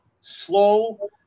slow